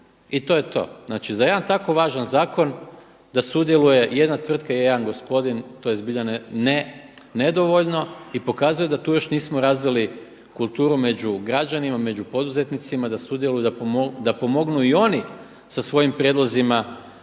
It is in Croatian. i to je to. Znači za jedan tako važan zakon da sudjeluje jedna tvrtka i jedan gospodin, to je zbilja nedovoljno i pokazuje da tu još nismo razvili kulturu među građanima, među poduzetnicima da sudjeluju, da pomognu i oni sa svojim prijedlozima